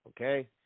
okay